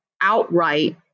outright